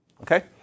okay